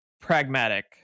pragmatic